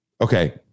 Okay